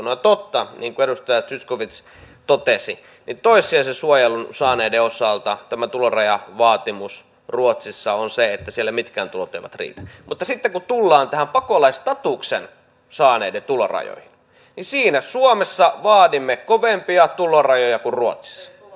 on totta niin kuin edustaja zyskowicz totesi että toissijaisen suojelun saaneiden osalta tämä tulorajavaatimus ruotsissa on se että siellä mitkään tulot eivät riitä mutta sitten kun tullaan näihin pakolaisstatuksen saaneiden tulorajoihin niin siinä suomessa vaadimme kovempia tulorajoja kuin ruotsissa